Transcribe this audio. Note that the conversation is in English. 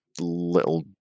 little